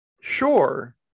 sure